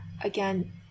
again